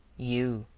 you,